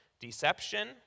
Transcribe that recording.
deception